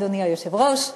אדוני היושב-ראש,